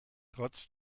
trotz